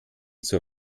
zur